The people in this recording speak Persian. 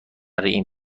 این